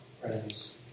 friends